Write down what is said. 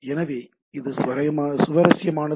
எனவே இது சுவாரஸ்யமானது